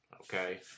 okay